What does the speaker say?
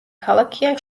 ქალაქია